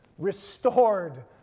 restored